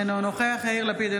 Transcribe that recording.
אינו נוכח יאיר לפיד,